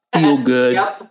feel-good